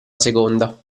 seconda